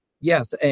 yes